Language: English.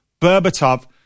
Berbatov